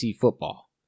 football